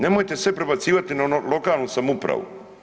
Nemojte sve prebacivati na lokalnu samoupravu.